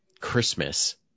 Christmas